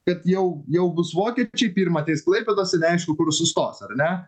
kad jau jau bus vokiečiai pirma ateis klaipėdos ir neaišku kur sustos ar ne